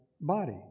body